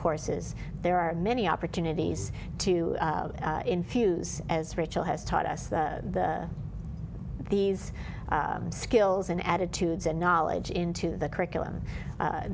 courses there are many opportunities to infuse as rachel has taught us these skills and attitudes and knowledge into the curriculum